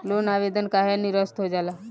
Loan आवेदन काहे नीरस्त हो जाला?